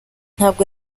ntabwo